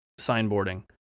signboarding